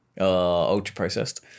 ultra-processed